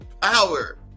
power